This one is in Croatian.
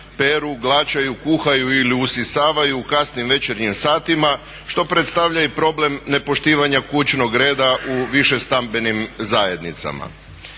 peru, glačaju, kuhaju ili usisavaju u kasnim večernjim satima što predstavlja i problem ne poštivanja kućnog reda u više stambenim zajednicama.